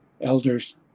elders